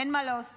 אין מה להוסיף.